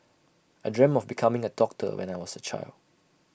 I dreamt of becoming A doctor when I was A child